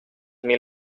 mil